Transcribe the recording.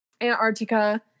Antarctica